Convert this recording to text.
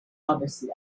obviously